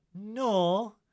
no